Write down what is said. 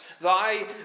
thy